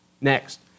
Next